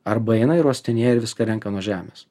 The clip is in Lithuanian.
arba eina ir uostinėja ir viską renka nuo žemės